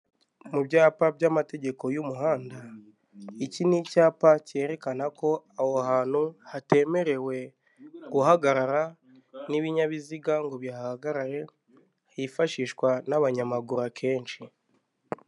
Mu byapa by'amategeko y'umuhanda, iki ni icyapa cyerekana ko aho hantu hatemerewe guhagarara n'ibinyabiziga ngo bihagarare, hifashishwa n'abanyamaguru akenshi.